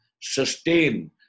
sustain